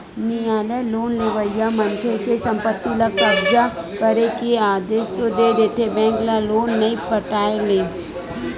नियालय लोन लेवइया मनखे के संपत्ति ल कब्जा करे के आदेस तो दे देथे बेंक ल लोन नइ पटाय ले